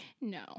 No